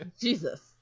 Jesus